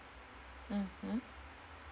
mm mm